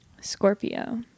Scorpio